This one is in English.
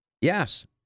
Yes